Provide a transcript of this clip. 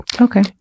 Okay